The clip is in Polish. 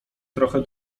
trochę